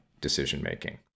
decision-making